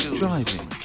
driving